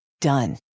Done